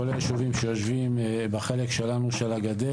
כל הישובים שיושבים בחלק שלנו של הגדר